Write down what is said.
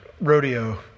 rodeo